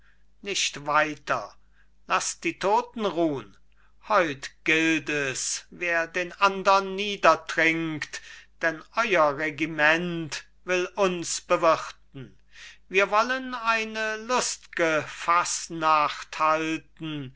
nicht weiter laß die toten ruhn heut gilt es wer den andern niedertrinkt denn euer regiment will uns bewirten wir wollen eine lustge